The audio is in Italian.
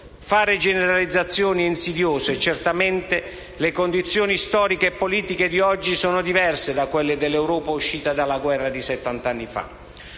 Fare generalizzazioni è insidioso e certamente le condizioni storiche e politiche di oggi sono diverse da quelle dell'Europa uscita dalla guerra settant'anni fa.